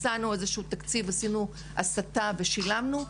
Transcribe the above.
מצאנו איזשהו תקציב ועשינו הסטה ושילמנו,